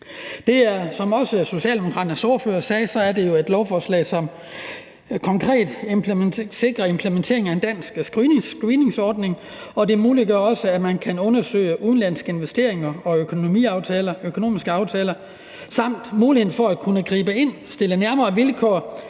Som også Socialdemokraternes ordfører sagde, er det jo et lovforslag, som konkret sikrer implementeringen af en dansk screeningsordning, og det muliggør også, at man kan undersøge udenlandske investeringer og økonomiske aftaler, samt giver muligheden for at kunne gribe ind, fastsætte nærmere vilkår